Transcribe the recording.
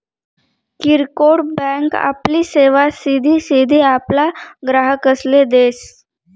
किरकोड बँक आपली सेवा सिधी सिधी आपला ग्राहकसले देस